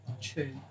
True